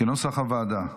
כנוסח הוועדה.